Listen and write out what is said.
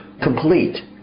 complete